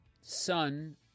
son